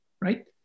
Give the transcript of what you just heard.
right